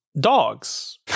dogs